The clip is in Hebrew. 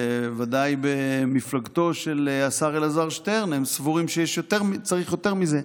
ודאי במפלגתו של השר אלעזר שטרן הם סבורים שצריך יותר מזה.